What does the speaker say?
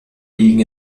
liegen